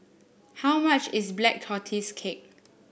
how much is Black Tortoise Cake